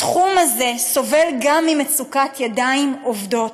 התחום הזה סובל גם ממצוקת ידיים עובדות.